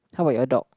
how about your dog